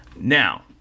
Now